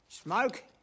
Smoke